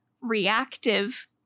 reactive